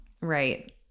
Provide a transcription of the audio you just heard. Right